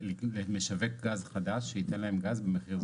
למשווק גז חדש שייתן להם גז במחיר נמוך.